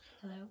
Hello